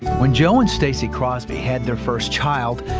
when joe and stacey crosby had their first child,